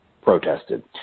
protested